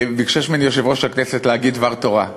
ביקש ממני יושב-ראש הכנסת להגיד דבר תורה.